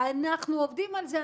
אנחנו עובדים על זה,